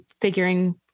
figuring